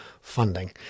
funding